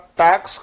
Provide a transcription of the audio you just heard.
tax